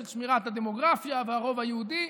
של שמירת הדמוגרפיה והרוב היהודי.